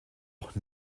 auch